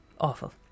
awful